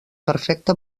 perfecte